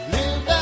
Live